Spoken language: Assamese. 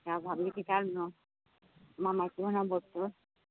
আমাৰ মাইকী মানুহৰ বস্তু